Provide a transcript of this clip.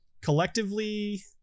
Collectively